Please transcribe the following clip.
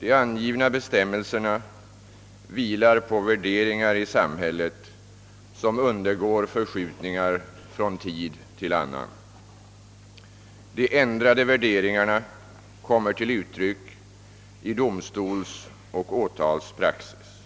De angivna bestämmelserna vilar på värderingar i samhället som undergår förskjutningar från tid till annan. De ändrade värderingarna kommer till uttryck i domstolsoch åtalspraxis.